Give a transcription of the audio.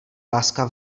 láska